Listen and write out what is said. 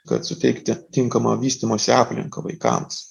kad suteikti tinkamą vystymosi aplinką vaikams